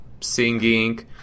singing